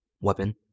weapon